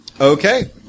Okay